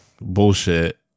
bullshit